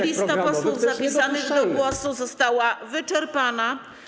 Lista posłów zapisanych do głosu została wyczerpana.